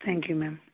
thank you ma'am